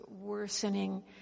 worsening